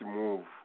move